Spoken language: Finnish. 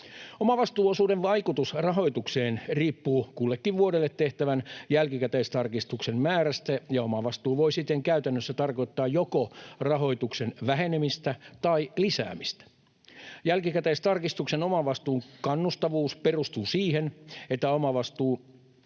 Omavastuuosuuden vaikutus rahoitukseen riippuu kullekin vuodelle tehtävän jälkikäteistarkistuksen määrästä, ja omavastuu voi siten käytännössä tarkoittaa joko rahoituksen vähenemistä tai lisääntymistä. Jälkikäteistarkistuksen omavastuun kannustavuus perustuu siihen, että omavastuu